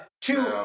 Two